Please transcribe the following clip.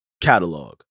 Catalog